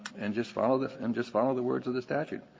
and just follow the and just follow the words of the statute.